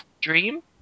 dream